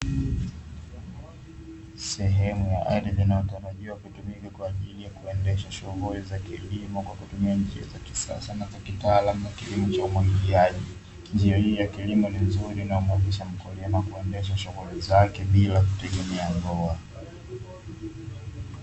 Sehemu ya ardhi inayotarajiwa kutumika kwa ajili ya kuendesha shughuli za kilimo, kwa kutumia njia za kisasa na za kitaalamu ya kilimo cha umwagiliaji. Njia hii ya kilimo ni nzuri na humuwezesha mkulima kuendesha shughuli zake, bila kutegemea mvua.